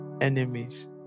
Enemies